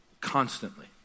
constantly